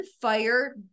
fire